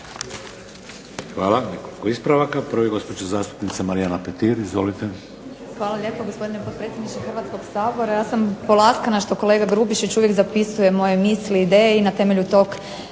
Hvala. Nekoliko ispravaka. Prvi, gospođa zastupnica Marijana Petir, izvolite. **Petir, Marijana (HSS)** Hvala lijepo, gospodine potpredsjedniče Hrvatskoga sabora. Ja sam polaskana što kolega Grubišić uvijek zapisuje moje misli, ideje i na temelju tog